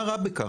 מה רע בכך?